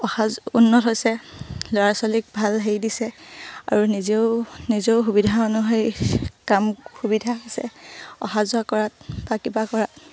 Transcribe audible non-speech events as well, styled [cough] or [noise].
অহা [unintelligible] উন্নত হৈছে ল'ৰা ছোৱালীক ভাল হেৰি দিছে আৰু নিজেও নিজেও সুবিধা অনুসৰি কাম সুবিধা হৈছে অহা যোৱা কৰাত বা কিবা কৰাত